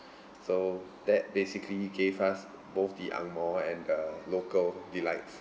so that basically gave us both the ang moh and the local delights